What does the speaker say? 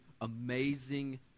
amazing